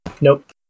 Nope